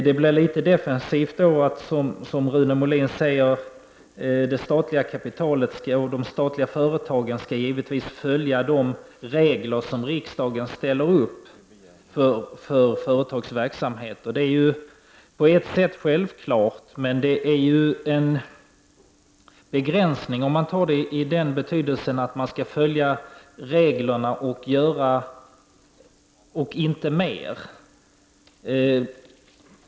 Det blir litet defensivt när Rune Molin säger att det statliga kapitalet och de statliga företagen givetvis skall följa de regler som riksdagen ställer upp för företagens verksamhet. Det är på ett sätt självklart, men det är en begränsning i betydelsen att reglerna skall följas och inte mer.